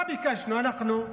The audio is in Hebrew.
מה ביקשנו אנחנו?